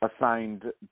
assigned